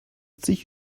sich